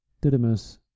Didymus